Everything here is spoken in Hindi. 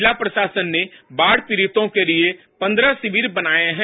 जिला प्रशासन ने बाढ पीडितों के लिए पंद्रह शिविर बनाये हैं